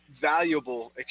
valuable